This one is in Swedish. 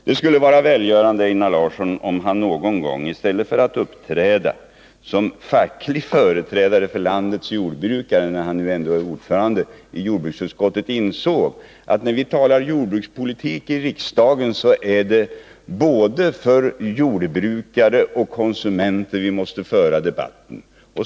Det skulle vara välgörande om Einar Larsson någon gång i stället för att uppträda som facklig företrädare för landets jordbrukare, när han nu ändå är ordförande i jordbruksutskottet, insåg att när vi talar jordbrukspolitik i riksdagen, är det för både jordbrukarna och konsumenterna som vi måste föra debatten.